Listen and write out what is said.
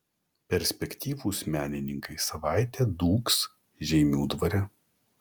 perspektyvūs menininkai savaitę dūgs žeimių dvare